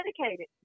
dedicated